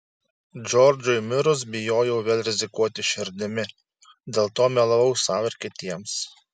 džordžui mirus bijojau vėl rizikuoti širdimi dėl to melavau sau ir kitiems